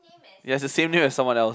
he has the same name as someone else